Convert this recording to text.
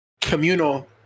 communal